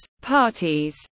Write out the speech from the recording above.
parties